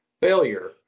failure